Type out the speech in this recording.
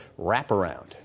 wraparound